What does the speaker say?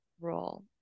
role